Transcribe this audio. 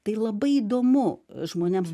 tai labai įdomu žmonėms